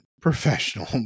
professional